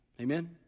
Amen